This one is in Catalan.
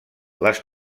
les